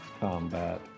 combat